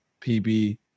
PB